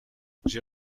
j’ai